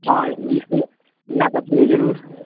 हँ इसकुल लै कऽ एबै जरूर